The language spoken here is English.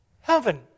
heaven